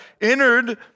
entered